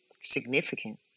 significant